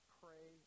pray